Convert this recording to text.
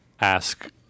ask